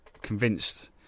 convinced